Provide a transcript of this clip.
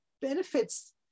benefits